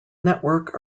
network